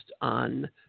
on